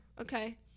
okay